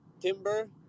Timber